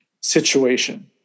situation